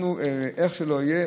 איך שלא יהיה,